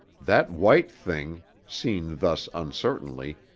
that white thing, seen thus uncertainly,